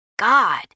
God